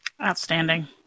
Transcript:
Outstanding